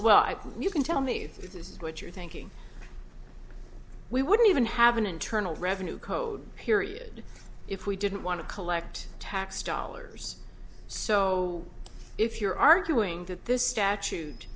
think you can tell me if this is what you're thinking we wouldn't even have an internal revenue code period if we didn't want to collect tax dollars so if you're arguing that this statute